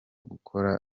gukora